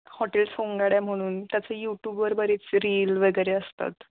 hotel Songadya म्हणून त्याचं यूटूबवर बरेच रील वगैरे असतात